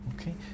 okay